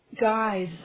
Guys